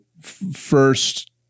first